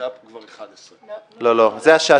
השעה כבר 11:00. לא, זו השעה